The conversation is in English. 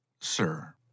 sir